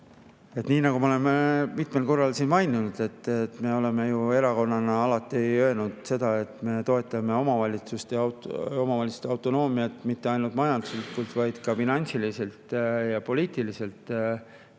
Nii nagu me oleme mitmel korral siin maininud, me oleme ju erakonnana alati öelnud, et me toetame omavalitsuste autonoomiat mitte ainult majanduslikult, vaid ka finantsiliselt ja poliitiliselt.